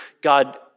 God